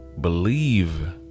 believe